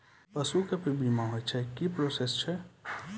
पसु के भी बीमा होय छै, की प्रोसेस छै?